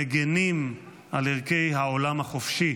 מגינים על ערכי העולם החופשי.